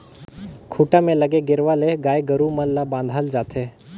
खूंटा में लगे गेरवा ले गाय गोरु मन ल बांधल जाथे